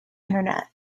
internet